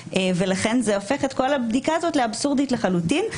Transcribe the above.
ולכן זה הופך את כל הבדיקה הזאת לאבסורדית לחלוטין.